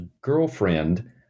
girlfriend